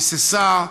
היססה,